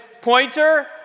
pointer